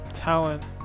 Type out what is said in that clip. talent